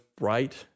right